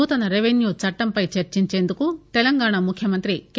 నూతన రెవిన్యూ చట్టంపై చర్చించేందుకు తెలంగాణ ముఖ్యమంత్రి కె